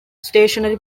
stationary